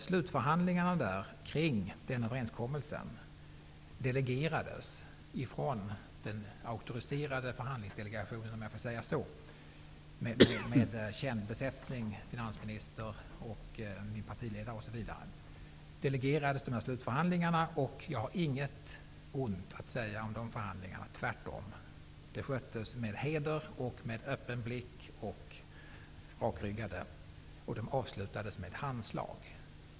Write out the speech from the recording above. Slutförhandlingarna kring den överenskommelsen delegerades från den auktoriserade förhandlingsdelegationen med känd besättning, om jag får säga så -- finansministern, min partiledare, osv. Jag har inget ont att säga om de förhandlingarna. De sköttes med heder, öppen blick och rakryggat, och de avslutades med handslag.